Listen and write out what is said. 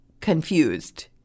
confused